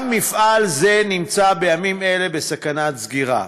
גם מפעל זה נמצא בימים אלו בסכנת סגירה,